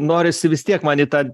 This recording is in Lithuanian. norisi vis tiek man į tą